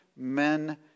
men